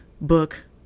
book